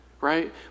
Right